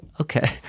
okay